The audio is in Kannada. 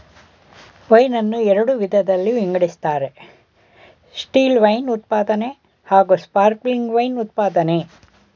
ವೈನ್ ನನ್ನ ಎರಡು ವಿಧದಲ್ಲಿ ವಿಂಗಡಿಸ್ತಾರೆ ಸ್ಟಿಲ್ವೈನ್ ಉತ್ಪಾದನೆ ಹಾಗೂಸ್ಪಾರ್ಕ್ಲಿಂಗ್ ವೈನ್ ಉತ್ಪಾದ್ನೆ